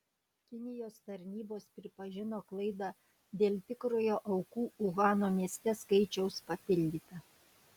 kinijos tarnybos pripažino klaidą dėl tikrojo aukų uhano mieste skaičiaus papildyta